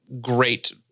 great